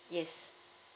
yes